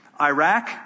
Iraq